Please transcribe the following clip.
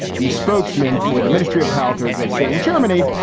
the spokesman for the ministry of health, or as they say in germany,